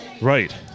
Right